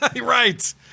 right